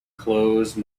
close